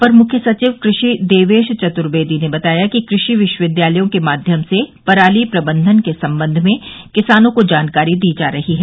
अपर मुख्य सचिव कृषि देवेश चतुर्वेदी ने बताया कि कृषि विश्वविद्यालयों के माध्यम से पराली प्रबंधन के संबंध में किसानों को जानकारी दी जा रही है